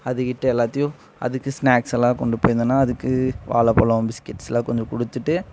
அதுகிட்ட எல்லாத்தையும் அதுக்கு ஸ்நாக்ஸ் எல்லாம் கொண்டு போயிருந்தோம்னா அதுக்கு வாழப்பளம் பிஸ்கெட்ஸ்லாம் கொஞ்சம் கொடுத்துட்டு